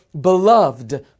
beloved